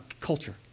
culture